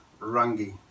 Rangi